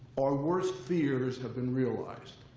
our worst fears have been realized.